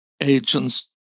agents